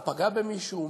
הוא פגע במישהו?